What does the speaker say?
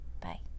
Bye